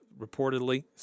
reportedly